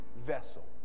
vessel